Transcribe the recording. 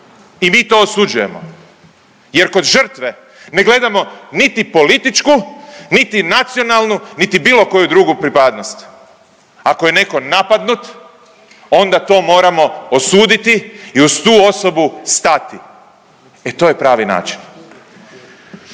i mi to osuđujemo. Jer kod žrtve ne gledamo niti političku, niti nacionalnu, niti bilo koju drugu pripadnost. Ako je netko napadnut onda to moramo osuditi i uz tu osobu stati. E to je pravi način.